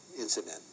incident